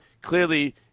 Clearly